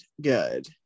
good